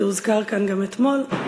שהוזכר כאן גם אתמול,